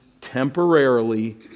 temporarily